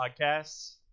podcasts